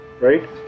right